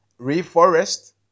reforest